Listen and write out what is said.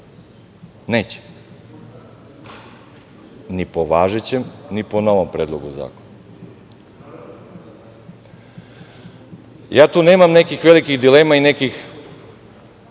Neće. Ni po važećem, ni po novom predlogu zakona. Ja tu nemam nekih velikih dilema i nekih